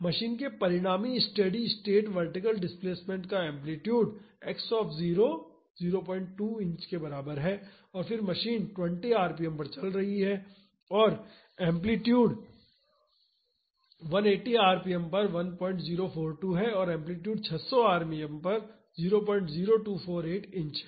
machine के परिणामी steady state vertical displacement का एम्पलीटूड x 02 इंच के बराबर है फिर मशीन 20 आरपीएम पर चल रही है और एम्पलीटूड 180 आरपीएम पर 1042 है और एम्पलीटूड 600 आरपीएम पर 00248 इंच है